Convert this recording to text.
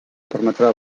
permetrà